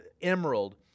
emerald